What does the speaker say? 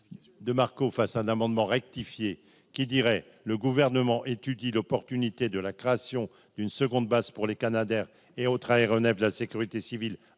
de Marco face un amendement rectifié qui dirait le gouvernement étudie l'opportunité de la création d'une seconde base pour les canadairs et autres aéronefs de la sécurité civile,